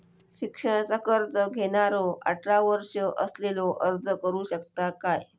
शिक्षणाचा कर्ज घेणारो अठरा वर्ष असलेलो अर्ज करू शकता काय?